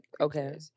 Okay